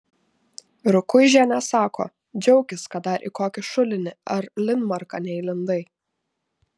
rukuižienė sako džiaukis kad dar į kokį šulinį ar linmarką neįlindai